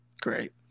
Great